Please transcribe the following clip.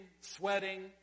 sweating